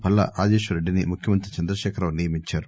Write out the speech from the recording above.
పల్లా రాజేశ్వర్ రెడ్డిని ముఖ్యమంత్రి చంద్రశేఖరరావు నియమించారు